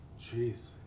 jeez